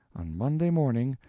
on monday morning,